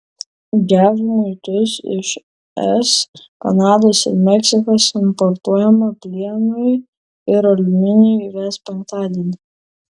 jav muitus iš es kanados ir meksikos importuojamam plienui ir aliuminiui įves penktadienį